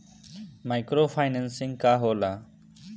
Micro financing का होला?